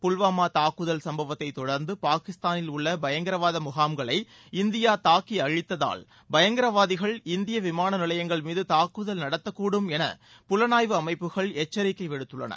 புல்வாமா தாக்குதல் சம்பவத்தை தொடர்ந்து பாகிஸ்தானில் உள்ள பயங்கரவாத முகாம்களை இந்தியா தாக்கி அழித்ததால் பயங்கரவாதிகள் இந்திய விமான நிலையங்கள் மீது தாக்குதல் நடத்தக்கூடும் என புலனாய்வு அமைப்புகள் எச்சரிக்கை விடுத்துள்ளன